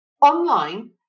online